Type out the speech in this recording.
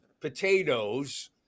potatoes